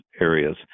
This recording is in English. areas